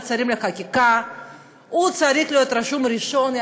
שרים לחקיקה צריך להיות רשום ראשון.